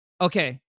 Okay